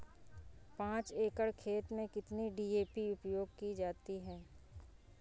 पाँच एकड़ खेत में कितनी डी.ए.पी उपयोग की जाती है?